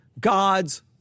god's